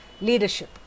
leadership